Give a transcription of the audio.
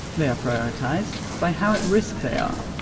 they are prioritized by how at risk they are.